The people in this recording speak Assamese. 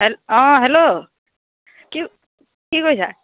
হেল্ল' অঁ হেল্ল' কি কি কৰিছা